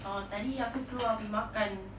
uh tadi aku keluar pergi makan